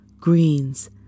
Greens